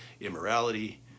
immorality